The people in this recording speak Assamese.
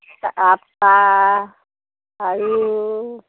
তাৰপৰা আৰু